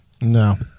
No